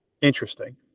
interesting